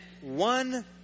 one